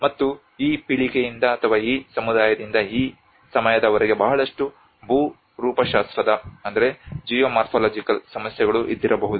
ಮತ್ತು ಆ ಪೀಳಿಗೆಯಿಂದ ಅಥವಾ ಆ ಸಮಯದಿಂದ ಈ ಸಮಯದವರೆಗೆ ಬಹಳಷ್ಟು ಭೂರೂಪಶಾಸ್ತ್ರದ ಸಮಸ್ಯೆಗಳು ಇದ್ದಿರಬಹುದು